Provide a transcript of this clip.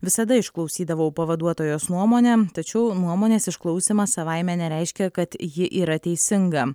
visada išklausydavau pavaduotojos nuomonę tačiau nuomonės išklausymas savaime nereiškia kad ji yra teisinga